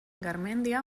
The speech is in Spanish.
garmendia